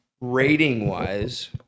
rating-wise